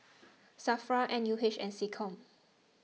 Safra N U H and SecCom